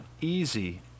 easy